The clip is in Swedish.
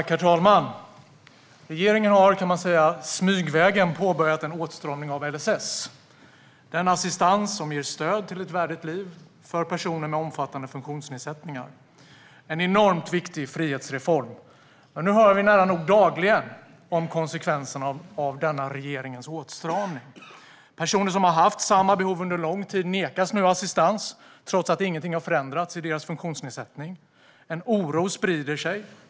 Herr talman! Regeringen har smygvägen påbörjat en åtstramning av LSS, den assistans som ger stöd till ett värdigt liv för personer med omfattande funktionsnedsättningar - en enormt viktig frihetsreform. Nu hör vi nästan dagligen om konsekvenserna av regeringens åtstramning. Personer som har haft samma behov under lång tid nekas nu assistans trots att inget har förändrats i deras funktionsnedsättning. En oro sprider sig.